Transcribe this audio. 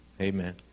amen